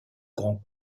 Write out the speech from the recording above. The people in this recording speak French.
grand